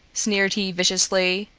sneered he viciously.